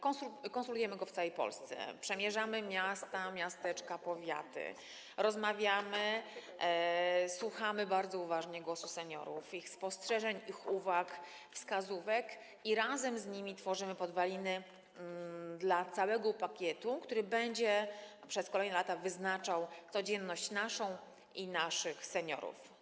Konsultujemy go w całej Polsce, przemierzamy miasta, miasteczka, powiaty, rozmawiamy, słuchamy bardzo uważnie głosu seniorów, ich spostrzeżeń, ich uwag, wskazówek i razem z nimi tworzymy podwaliny dla całego pakietu, który będzie przez kolejne lata wyznaczał codzienność naszą i naszych seniorów.